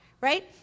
right